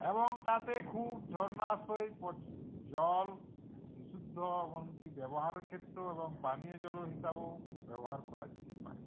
এবং তাতে খুব ঝর্ণাশ্রয়ী পর জল বিশুদ্ধ এমনকি ব্যবহারের ক্ষেত্রেও এবং পানীয় জল হিসাবেও ব্যবহার করা যেতে পারে